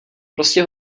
prostě